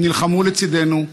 הם נלחמו לצידנו,